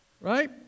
right